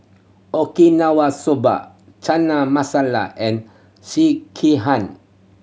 Okinawa Soba Chana Masala and Sekihan